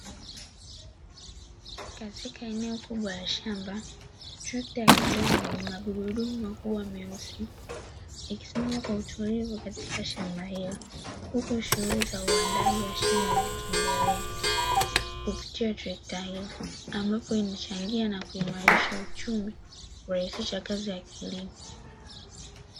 Katika eneo kubwa la shamba, trekta ya kijani yenye magurudumu makubwa meusi, ikisimama kwa utulivu katika shamba hilo, huku shughuli za uandaaji wa shamba zikiendelea kupitia trekta hilo, ambapo inachangia na kuimarisha uchumi na kurahisisha kazi ya kilimo.